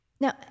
Now